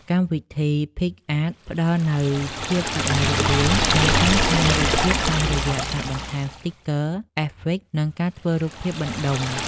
កម្មវិធី ភីកអាត ផ្ដល់នូវភាពសប្បាយរីករាយក្នុងការកែរូបភាពតាមរយៈការបន្ថែម ស្ទីគ័រ , អេហ្វិក និងការធ្វើ រូបភាពបន្តុំ ។